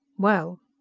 well?